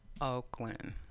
oakland